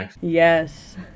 Yes